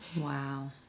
Wow